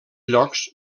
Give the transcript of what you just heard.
llocs